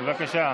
בבקשה.